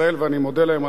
ואני מודה להם על כך.